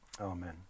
Amen